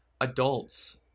adults